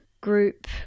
group